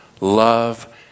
Love